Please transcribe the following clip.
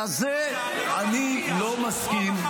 לזה אני לא מסכים,